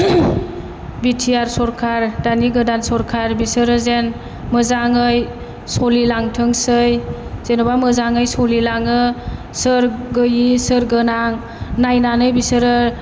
बि T R सरखार दानि गोदान सरखार बिसोरो जेन मोजाङै सोलिलांथोंसै जेन'बा मोजाङै सोलिलाङो सोर गैयै सोर गोनां नायनानै बिसोरो